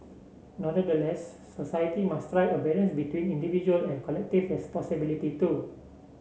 nonetheless society must strike a balance between individual and collective responsibility too